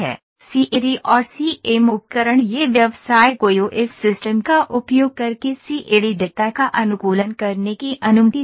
CAD और CAM उपकरण यह व्यवसाय को ईओएस सिस्टम का उपयोग करके सीएडी डेटा का अनुकूलन करने की अनुमति देता है